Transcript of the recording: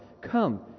Come